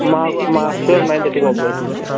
మా మా store nine థర్టీకి ఓపెన్ అవుతుంది సార్